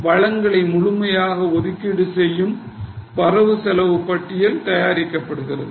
வளங்களை முறையாக ஒதுக்கீடு செய்யும் வரவு செலவு பட்டியல் தயாரிக்கப்படுகிறது